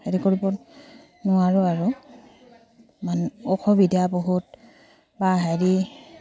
হেৰি কৰিব নোৱাৰোঁ আৰু মানে অসুবিধা বহুত বা হেৰি